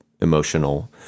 emotional